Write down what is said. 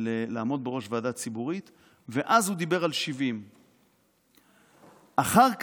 לעמוד בראש ועדה ציבורית ואז הוא דיבר על 70. אחר כך,